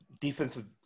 defensive